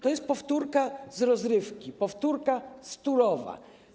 To jest powtórka z rozrywki, powtórka z Turowa.